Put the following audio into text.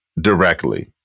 directly